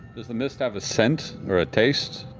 does the mist have a scent or a taste,